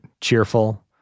cheerful